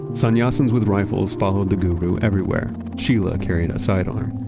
sannyasins with rifles followed the guru everywhere. sheela carried a sidearm.